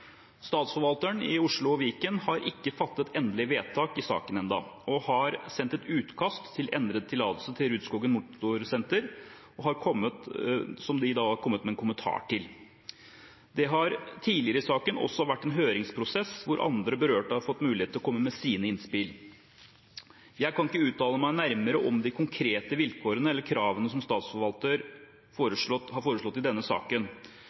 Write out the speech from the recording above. Statsforvalteren i Oslo og Viken har ikke fattet endelig vedtak i saken ennå, og har sendt et utkast til endret tillatelse til Rudskogen motorsenter, som de da har kommet med en kommentar til. Det har tidligere i saken også vært en høringsprosess hvor andre berørte har fått mulighet til å komme med sine innspill. Jeg kan ikke uttale meg nærmere om de konkrete vilkårene eller kravene som Statsforvalteren har foreslått i denne saken.